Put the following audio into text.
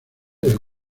del